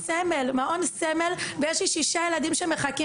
מעון סמל ויש לי שישה ילדים שמחכים